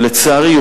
לצערי,